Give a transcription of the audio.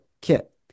kit